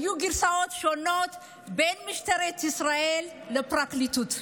היו גרסאות שונות בין משטרת ישראל לפרקליטות.